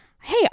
hey